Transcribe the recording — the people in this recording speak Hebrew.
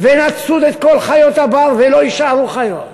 ונצוד את כל חיות הבר ולא יישארו חיות,